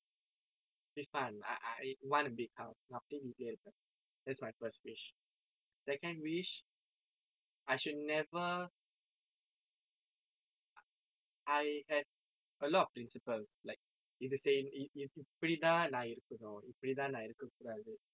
it'll be fun I I want a big house நான் அப்படியே வீட்லே இருப்பேன்:naan appadiye vitle iruppen that's my first wish second wish I should never I have a lot of principles like இது செய் இது இது இப்படித்தான் நான் இருக்கணும் இப்படித்தான் நான் இருக்கக்கூடாது:ithu sei ithu ithu ippaditthaan naan irukkanum ippaditthaan naan irukkakudathu